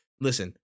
listen